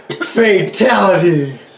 Fatality